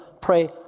pray